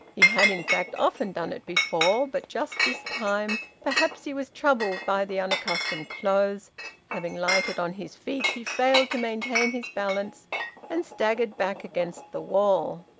he had in fact often done it before. but just this time perhaps he was troubled by the unaccustomed clothes having lighted on his feet, he failed to maintain his balance and staggered back against the wall.